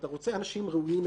אתה רוצה אנשים ראויים,